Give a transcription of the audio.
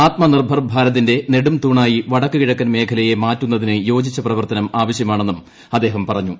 ആത്മനിർഭർ ഭാരതിന്റെ നെടുംതൂണായി വടക്കു കിഴക്കൻ മേഖലയെ മാറ്റുന്നതിന് യോജിച്ച പ്രവർത്തനം ആവശ്യമാണെന്നും അദ്ദേഹം പറഞ്ഞു